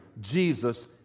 Jesus